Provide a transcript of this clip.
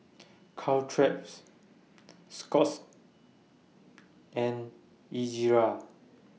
Caltrate's Scott's and Ezerra